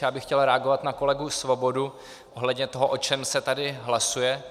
Já bych chtěl reagovat na kolegu Svobodu ohledně toho, o čem se tady hlasuje.